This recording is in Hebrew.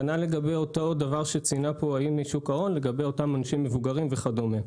כנ"ל לגבי אותו דבר הנציגה משוק ההון לגבי אותם אנשים מבוגרים וכדומה.